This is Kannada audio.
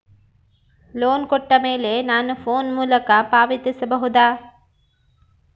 ಲೋನ್ ಕೊಟ್ಟ ಮೇಲೆ ನಾನು ಫೋನ್ ಮೂಲಕ ಪಾವತಿಸಬಹುದಾ?